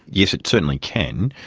yes, it certainly can,